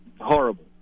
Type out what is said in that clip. horrible